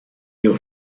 you